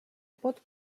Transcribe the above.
pot